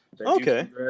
Okay